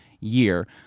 year